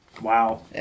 Wow